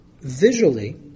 visually